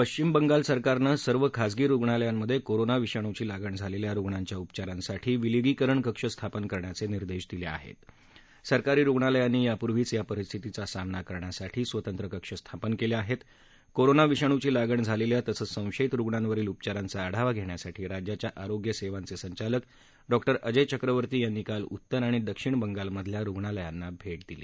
पश्चिम बंगाल सरकारनसिर्व खासगी रुग्णालयाम कोरोना विषाणूची लागण झालख्या रुग्णांच्या उपचारासाठी विलगीकरण कक्ष स्थापन करण्याच मिर्देश दिल आहत सरकारी रुग्णालयांनी यापूर्वीच या परिस्थितीचा सामना करण्यासाठी स्वतंत्र कक्ष स्थापन कलिआहत्तिकोरोना विषाणूची लागण झालखित तसद्धिसंशयित रुणांवरील उपचारांचा आढावा घष्विसाठी राज्याच्या आरोग्य सद्धिवसिचालक डॉ अजय चक्रवर्ती यांनी काल उत्तर आणि दक्षिण बंगाल मधील रुग्णालयांना भर्षादिली